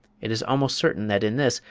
it is almost certain that in this,